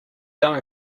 going